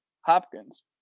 Hopkins